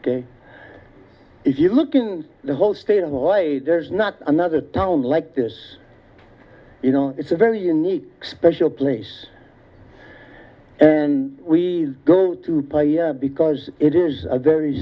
ok if you look in the whole state of the way there's not another town like this you know it's a very unique special place and we go to pi because it is a very